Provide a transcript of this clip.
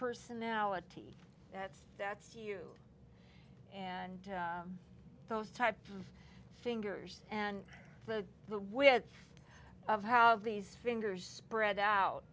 personality that's that's you and those type of fingers and the the width of how these fingers spread out